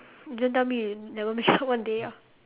don't tell me you never make someone day ah